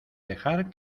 dejar